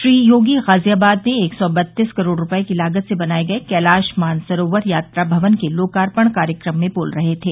श्री योगी ग़ाज़ियाबाद में एक सौ बत्तीस करोड़ रूपये की लागत से बनाये गये कैलाश मानसरोवर यात्रा भवन के लोकार्पण कार्यक्रम में बोल रहे थे